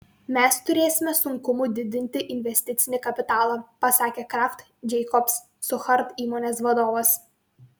mes turėsime sunkumų didinti investicinį kapitalą pasakė kraft jacobs suchard įmonės vadovas